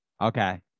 Okay